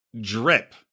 Drip